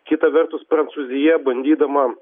kita vertus prancūzija bandydama